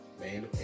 Man